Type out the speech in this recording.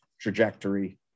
trajectory